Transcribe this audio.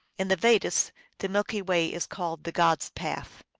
in the vedas the milky way is called the gods path.